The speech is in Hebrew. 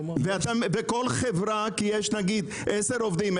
יש עשרה עובדים,